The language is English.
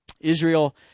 Israel